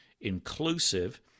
inclusive